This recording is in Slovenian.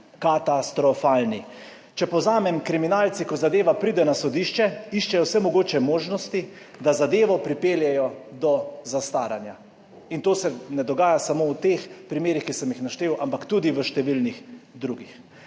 katastrofalni. Če povzamem, kriminalci, ko zadeva pride na sodišče, iščejo vse mogoče možnosti, da zadevo pripeljejo do zastaranja. To se ne dogaja samo v teh primerih, ki sem jih naštel, ampak tudi v številnih drugih.